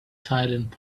silent